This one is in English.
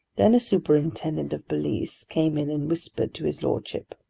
then a superintendent of police came in and whispered to his lordship.